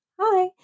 Hi